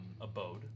abode